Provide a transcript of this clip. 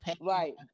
Right